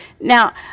Now